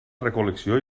recol·lecció